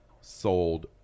sold